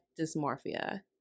dysmorphia